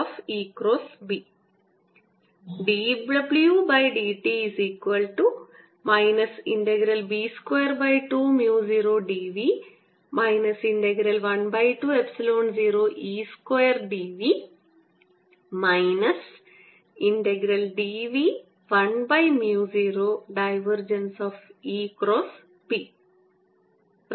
dWdt B220dV 120E2dV dV 10